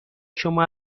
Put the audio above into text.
شما